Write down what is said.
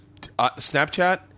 Snapchat